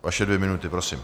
Vaše dvě minuty, prosím.